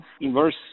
inverse